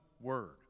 word